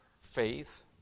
faith